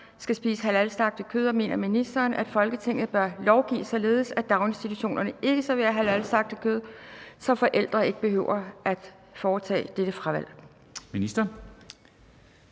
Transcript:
skal spise halalslagtet kød, og mener ministeren, at Folketinget bør lovgive således, at daginstitutionerne ikke serverer halalslagtet kød, så forældre ikke behøver at tage dette fravalg?